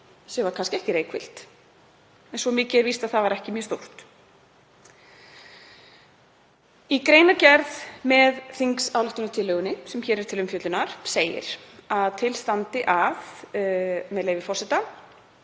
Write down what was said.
sem var kannski ekki reykfyllt en svo mikið er víst að það var ekki mjög stórt. Í greinargerð með þingsályktunartillögunni sem hér er til umfjöllunar segir, með leyfi forseta,